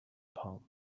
palm